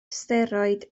steroid